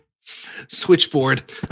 Switchboard